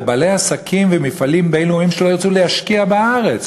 לבעלי עסקים ומפעלים בין-לאומיים שלא ירצו להשקיע בארץ,